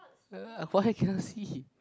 uh why cannot see